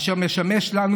אשר משמש לנו,